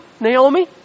Naomi